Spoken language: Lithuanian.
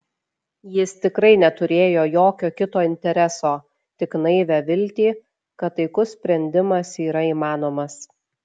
jis tikrai neturėjo jokio kito intereso tik naivią viltį kad taikus sprendimas yra įmanomas